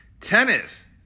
tennis